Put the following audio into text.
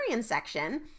section